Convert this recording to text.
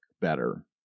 better